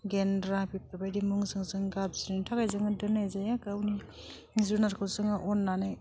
गेन्द्रा बेफोरबायदि मुंजों जों गाबज्रिनो थाखाय जोङो दोननाय जायो गावनि जुनारखौ जोङो अननानै